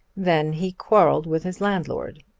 then he quarrelled with his landlord,